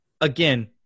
again